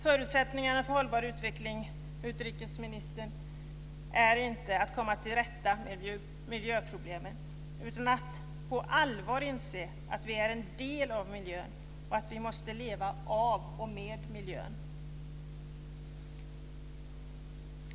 Förutsättningarna för hållbar utveckling, utrikesministern, är inte att komma till rätta med miljöproblemen, utan det är att på allvar inse att vi är en del av miljön och att vi måste leva av och med miljön.